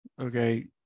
okay